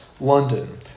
London